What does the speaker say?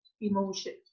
emotion